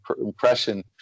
impression